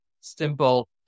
simple